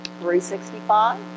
365